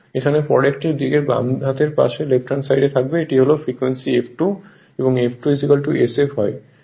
এর পরের একটি এই দিকটি বাম হাতের পাশে থাকবে যেমন এটি হল এটি ফ্রিকোয়েন্সি F2 অর্থাৎ F2 sf হয়